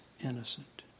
innocent